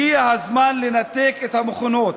הגיע הזמן לנתק את המכונות.